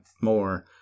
more